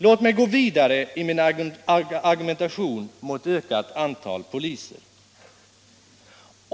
Låt mig gå vidare i min argumentation mot ett ökat antal poliser.